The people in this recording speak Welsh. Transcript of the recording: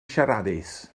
siaradus